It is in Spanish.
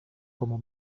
como